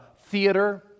theater